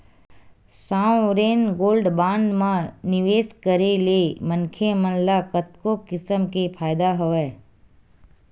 sovereign gold bond म निवेस करे ले मनखे मन ल कतको किसम के फायदा हवय